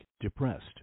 depressed